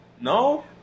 no